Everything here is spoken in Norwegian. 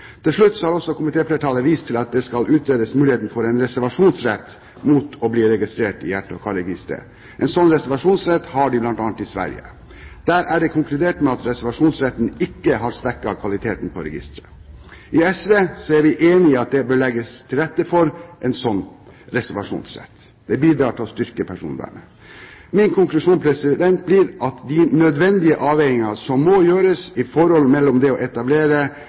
Til slutt har også komitéflertallet vist til at en skal utrede muligheten for en reservasjonsrett mot å bli registrert i hjerte- og karregisteret. En slik reservasjonsrett har de bl.a. i Sverige. Der er det konkludert med at reservasjonsretten ikke har svekket kvaliteten på registeret. I SV er vi enig i at det bør legges til rette for en slik reservasjonsrett. Det bidrar til å styrke personvernet. Min konklusjon blir at de nødvendige avveininger som må gjøres i forholdet mellom det å etablere